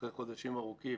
אחרי חודשים ארוכים